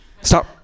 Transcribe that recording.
Stop